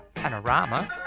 panorama